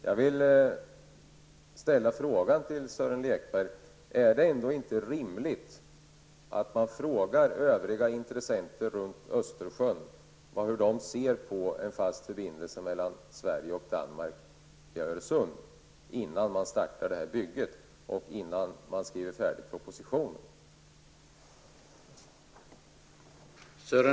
Jag vill ställa en fråga till Sören Lekberg: Är det ändå inte rimligt att man frågar övriga intressenter runt Östersjön hur de ser på en fast förbindelse mellan Sverige och Danmark via Öresund innan man startar detta bygge och innan man skriver färdigt propositionen?